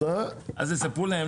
אגב,